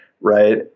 Right